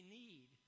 need